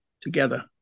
together